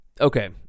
Okay